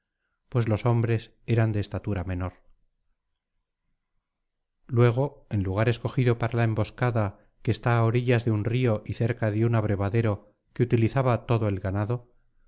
pues los hombres eran de estatura menor luego en el lugar escogido parala emboscada que era á orillas de un río y cerca de un abrevadero que utilizaba todo el ganado